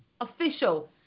official